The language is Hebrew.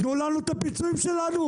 תנו לנו את הפיצויים שלנו,